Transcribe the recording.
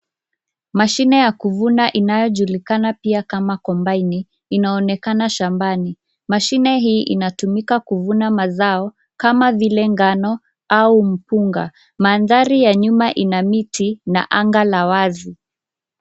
Mashine ya kuvuna inayojulikana pia kama kombaini inaonekana shambani, mashini hii inatumika kuvuna mazao kama vile ngano au mpunga, mandari ya nyuma ina miti na anga la wazi.